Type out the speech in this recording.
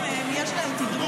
הם צריכים, יש להם תדרוך.